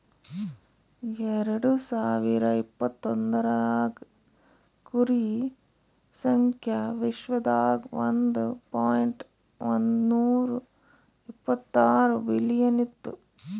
ಎರಡು ಸಾವಿರ ಇಪತ್ತೊಂದರಾಗ್ ಕುರಿ ಸಂಖ್ಯಾ ವಿಶ್ವದಾಗ್ ಒಂದ್ ಪಾಯಿಂಟ್ ಒಂದ್ನೂರಾ ಇಪ್ಪತ್ತಾರು ಬಿಲಿಯನ್ ಇತ್ತು